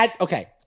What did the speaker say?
Okay